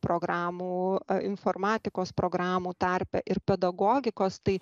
programų informatikos programų tarpe ir pedagogikos tai